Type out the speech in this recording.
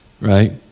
Right